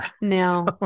no